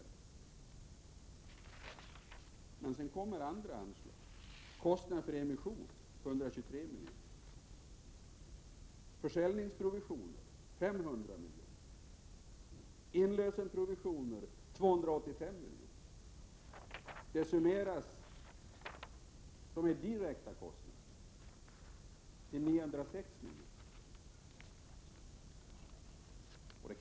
Men sedan följer andra anslagsposter, såsom bl.a. kostnader för emission 123 milj.kr., försäljningsprovisioner 500 milj.kr., inlösenprovisioner 285 milj.kr. Sammantaget summeras allt som direkta kostnader på 960 milj.kr.